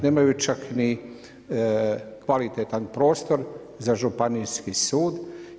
Nemaju čak ni kvalitetan prostor za županijski sud.